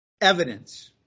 Evidence